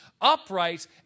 upright